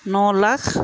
ন lakh